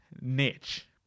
niche